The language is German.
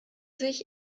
sich